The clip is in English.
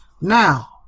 Now